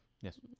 Yes